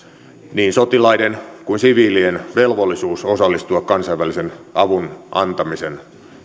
niin sotilaiden kuin siviilien velvollisuus osallistua kansainvälisen avun antamisen